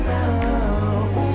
now